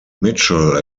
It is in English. mitchell